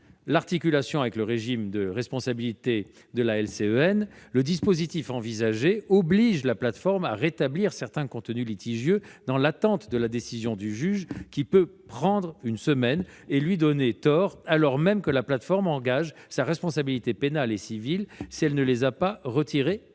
l'articulation avec le régime de responsabilité de la LCEN, le dispositif envisagé oblige la plateforme à rétablir certains contenus litigieux dans l'attente de la décision du juge, laquelle peut prendre une semaine et lui donner tort, alors même que la plateforme engage sa responsabilité pénale et civile si elle ne les a pas retirés